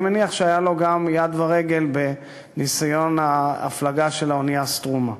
אני מניח שהיה לו גם יד ורגל בניסיון ההפלגה של האונייה "סטרומה".